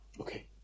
Okay